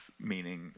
meaning